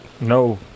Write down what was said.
No